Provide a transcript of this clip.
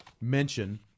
mention